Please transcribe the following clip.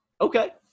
Okay